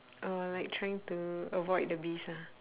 orh like trying to avoid the bees ah